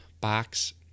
box